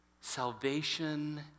Salvation